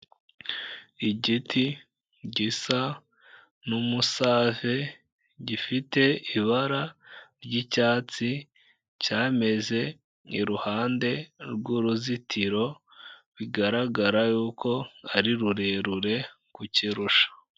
Igiti gisa n'umusave gifite ibara ry'icyatsi cyameze iruhande rw'uruzitiro bigaragara yuko ari rurerure kukirusha.